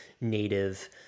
native